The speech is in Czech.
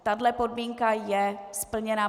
Tahle podmínka je splněna.